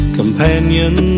companion